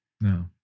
No